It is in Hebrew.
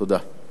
תודה.